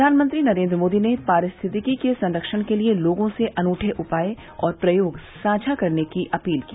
प्रधानमंत्री नरेन्द्र मोदी ने पारिस्थितिकी के संरक्षण के लिए लोगों से अनूठे उपाय और प्रयोग साझा करने की अपील की